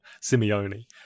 Simeone